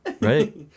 Right